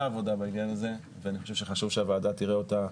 עבודה בעניין הזה ואני חושב שחשוב שהוועדה תראה אותה.